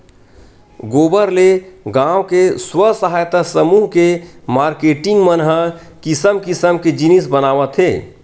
गोबर ले गाँव के स्व सहायता समूह के मारकेटिंग मन ह किसम किसम के जिनिस बनावत हे